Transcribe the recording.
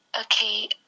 okay